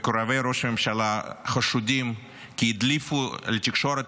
מקורבי ראש הממשלה חשודים כי הדליפו לתקשורת